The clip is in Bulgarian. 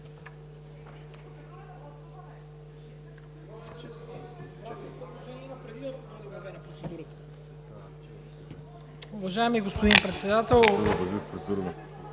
Уважаеми господин Председател!